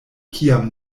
kiam